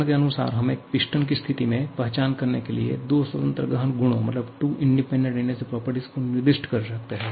चरण के अनुसार हम एक सिस्टम की स्थिति में पहचान करने के लिए दो स्वतंत्र गहन गुणों को निर्दिष्ट कर सकते हैं